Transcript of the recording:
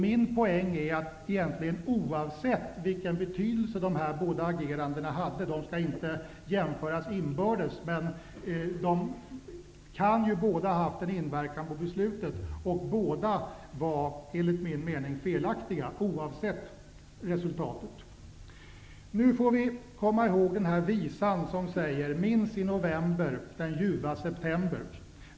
Min poäng är att dessa båda ageranden -- de skall inte jämföras inbördes, men båda kan ha haft en inverkan på beslutet -- var felaktiga, oavsett resultatet. Nu får vi komma ihåg visan som säger ''minns i november den ljuva september''.